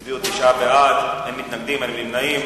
הצביעו תשעה בעד, אין מתנגדים, אין נמנעים.